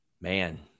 Man